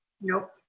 no.